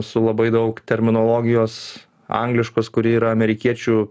su labai daug terminologijos angliškos kuri yra amerikiečių